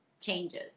changes